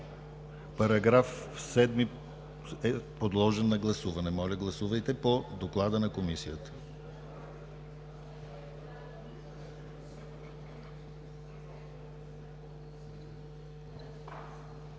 Параграф 7 е подложен на гласуване. Моля, гласувайте по доклада на Комисията.